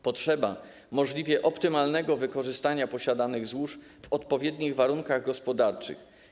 Potrzeba możliwie optymalnego wykorzystania posiadanych złóż w odpowiednich warunkach gospodarczych.